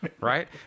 Right